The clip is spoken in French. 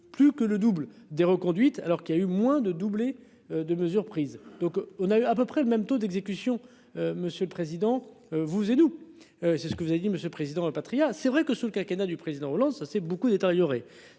plus que le double des reconduites alors qu'il a eu moins de doubler de mesures prises. Donc on a à peu près le même taux d'exécution. Monsieur le président vous et nous. C'est ce que vous avez dit monsieur le président Patriat. C'est vrai que sous le quinquennat du président Hollande ça s'est beaucoup détériorée.